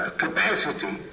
capacity